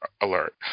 alert